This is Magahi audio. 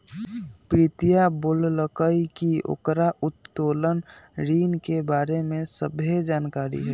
प्रीतिया बोललकई कि ओकरा उत्तोलन ऋण के बारे में सभ्भे जानकारी हई